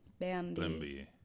Bambi